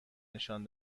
نشان